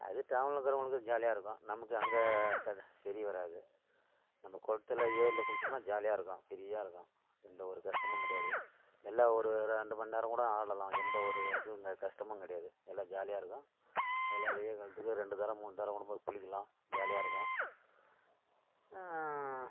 அது டவுனில் இருக்கிறவங்களுக்கு ஜாலியாக இருக்கும் நமக்கு அங்கே கடை சரி வாரது நம்ம குளத்துல ஏரியில் குளிச்சோம்னால் ஜாலியாக இருக்கும் ஃப்ரீயாக இருக்கும் எந்தவொரு கஷ்டமும் கிடையாது நல்லா ஒரு ரெண்டுமணி நேரம் கூட ஆடலாம் எந்த ஒரு இதுவும் இங்கே கஷ்டமும் கிடையாது நல்லா ஜாலியாக இருக்கும் நல்லா வெய்யல் காலத்துக்கு ரெண்டுதரம் மூணு தரம் கூட போய் குளிக்கலாம் ஜாலியாக இருக்கும்